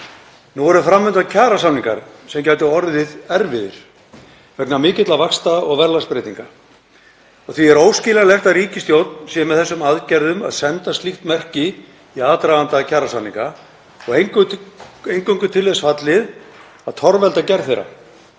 Nú eru fram undan kjarasamningar sem gætu orðið erfiðir vegna mikilla vaxta- og verðlagsbreytinga og því er óskiljanlegt að ríkisstjórnin sé með þessum aðgerðum að senda slíkt merki í aðdraganda kjarasamninga og eingöngu til þess fallið að torvelda gerð þeirra.